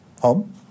home